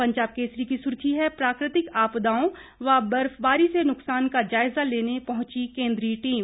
पंजाब केसरी की सुर्खी है प्राकृतिक आपदाओं व बर्फबारी से नुक्सान का जायजाल लेने पहुंची केंद्रीय टीम